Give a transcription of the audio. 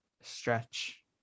stretch